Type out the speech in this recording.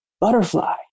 butterfly